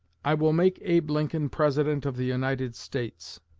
i will make abe lincoln president of the united states.